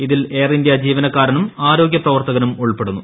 ഇതിൽ air India ജീവനക്കാരനും ആരോഗൃ പ്രവർത്തകനും ഉൾപ്പെടുന്നു